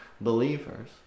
believers